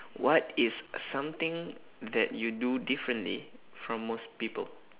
what is something that you do differently from most people